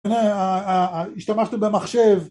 תראה... אה... אה... אה... השתמשת במחשב...